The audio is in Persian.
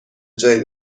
جایی